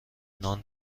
نان